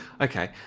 Okay